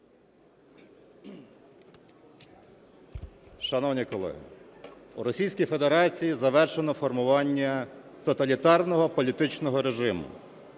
Шановні колеги, у Російській Федерації завершено формування тоталітарного політичного режиму,